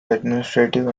administrative